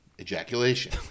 ejaculation